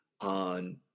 on